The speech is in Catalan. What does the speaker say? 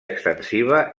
extensiva